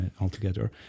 altogether